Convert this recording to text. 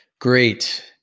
Great